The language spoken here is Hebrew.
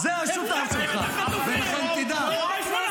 תתבייש.